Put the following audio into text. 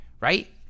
right